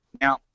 Now